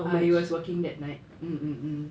I was working that night mm mm